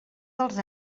dels